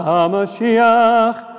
HaMashiach